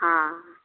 हँ हँ